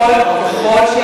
נכון, נכון.